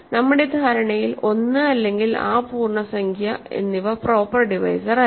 നമ്മുടെ ധാരണയിൽ ഒന്ന്അല്ലെങ്കിൽ ആ പൂർണ്ണസംഖ്യ എന്നിവ പ്രോപ്പർ ഡിവൈസർ അല്ല